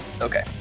Okay